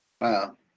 Wow